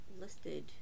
listed